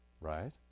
right